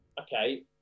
okay